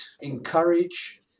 encourage